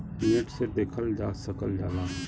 net से देखल जा सकल जाला